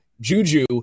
Juju